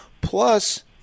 plus